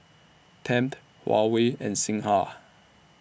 Tempt Huawei and Singha